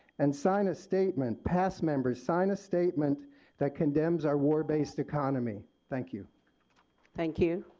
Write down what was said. and sign a statement pass members, sign a statement that condemns our war based economy. thank you thank you.